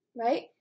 right